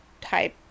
type